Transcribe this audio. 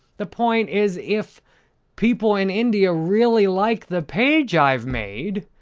the point is if people in india really like the page i've made,